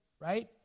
right